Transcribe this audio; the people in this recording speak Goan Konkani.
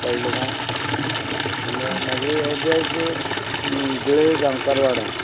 कळ्ळें तुका हय आनी मागे एड्डॅस गुळे गांवकार वाडा